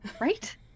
Right